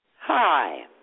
hi